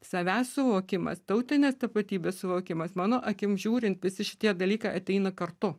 savęs suvokimas tautinės tapatybės suvokimas mano akim žiūrint visi šitie dalykai ateina kartu